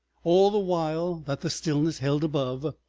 all the while that the stillness held above,